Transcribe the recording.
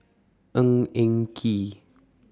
Ng Eng Kee